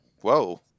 Whoa